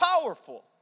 powerful